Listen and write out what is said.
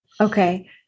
Okay